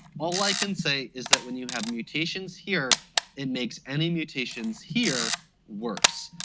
all i can say is that when you have mutations here it makes any mutations here worse.